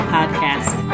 Podcast